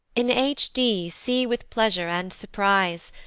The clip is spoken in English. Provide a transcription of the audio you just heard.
in h d see with pleasure and surprise,